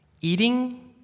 Eating